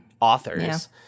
authors